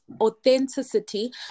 authenticity